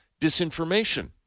disinformation